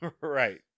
right